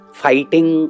fighting